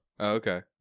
okay